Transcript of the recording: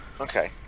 Okay